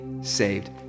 saved